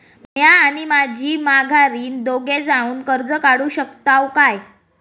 म्या आणि माझी माघारीन दोघे जावून कर्ज काढू शकताव काय?